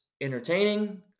entertaining